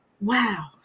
wow